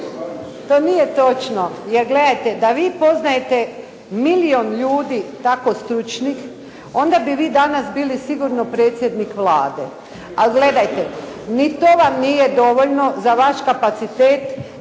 To nije točno jer gledajte da vi poznajete milijun ljudi tako stručnih onda bi vi danas bili sigurno predsjednik Vlade, a gledajte ni to vam nije dovoljno za vaš kapacitet